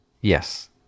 Yes